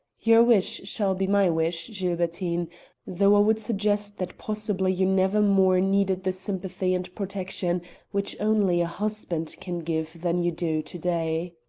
your wish shall be my wish, gilbertine though i would suggest that possibly you never more needed the sympathy and protection which only a husband can give than you do to-day.